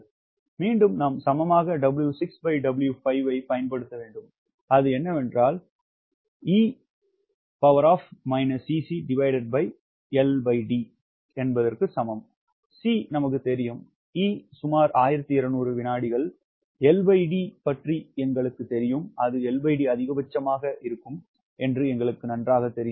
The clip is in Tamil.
மீண்டும் நாம் சமமாக 𝑊6W5 ஐப் பயன்படுத்த வேண்டும் C நமக்குத் தெரியும் E சுமார் 1200 வினாடி LD பற்றி எங்களுக்குத் தெரியும் அது LD அதிகபட்சமாக இருக்கும் என்று எங்களுக்குத் தெரியும்